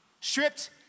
Stripped